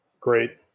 great